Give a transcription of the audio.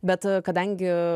bet kadangi